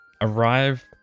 arrive